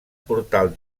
portal